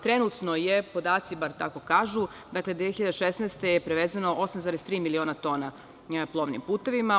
Trenutno je, podaci bar tako kažu, 2016. godine je prevezeno 8,3 miliona tona na plovnim putevima.